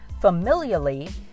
familially